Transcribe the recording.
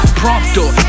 prompter